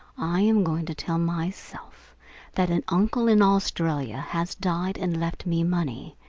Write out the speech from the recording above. i am going to tell myself that an uncle in australia has died and left me money,